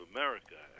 America